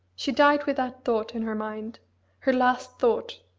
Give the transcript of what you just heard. she died with that thought in her mind her last thought.